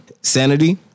Sanity